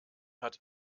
hat